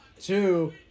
Two